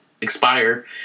expire